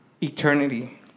eternity